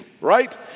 right